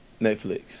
Netflix